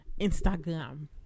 Instagram